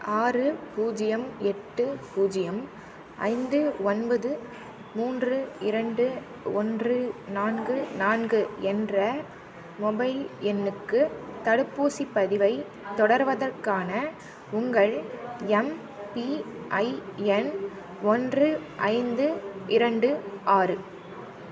ஆறு பூஜ்யம் எட்டு பூஜ்யம் ஐந்து ஒன்பது மூன்று இரண்டு ஒன்று நான்கு நான்கு என்ற மொபைல் எண்ணுக்கு தடுப்பூசிப் பதிவைத் தொடர்வதற்கான உங்கள் எம்பிஐஎன் ஒன்று ஐந்து இரண்டு ஆறு